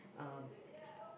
um